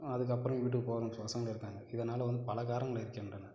அதுக்கப்புறம் வீட்டுக்கு போகிற பசங்களும் இருக்காங்க இதனாலே வந்து பல காரணங்கள் இருக்கின்றன